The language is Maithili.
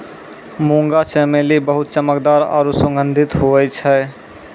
मुंगा चमेली बहुत चमकदार आरु सुगंधित हुवै छै